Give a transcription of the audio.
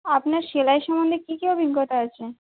আপনার সেলাই সম্বন্ধে কী কী অভিজ্ঞতা আছে